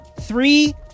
Three